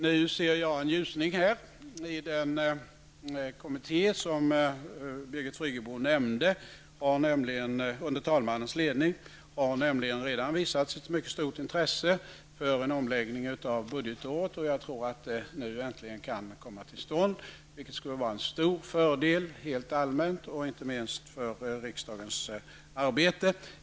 Nu ser jag en ljusning i och med den kommitté under talmannens ledning som Birgit Friggebo nämnde. Den har nämligen redan visat ett mycket stort intresse för en omläggning av budgetåret. Jag tror att en sådan omläggning nu äntligen kan komma till stånd, vilket skulle vara en stor fördel, både rent allmänt och inte minst för riksdagens arbete.